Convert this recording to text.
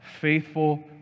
faithful